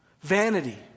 vanity